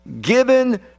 given